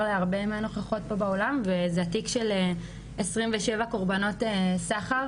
להרבה מהנוכחות פה באולם וזה התיק של 27 קורבנות סחר